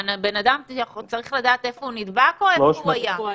אדם צריך לדעת איפה הוא נדבק או איפה הוא היה?